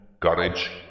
courage